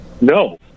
No